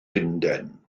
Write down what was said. lundain